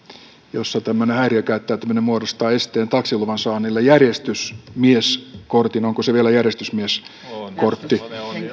tämmöinen häiriökäyttäytyminen muodostaa esteen taksiluvan saannille järjestysmieskortinkin onko se vielä järjestysmieskortti